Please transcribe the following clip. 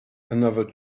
another